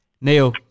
neil